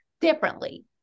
differently